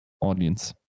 audience